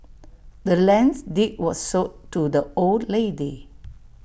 the land's deed was sold to the old lady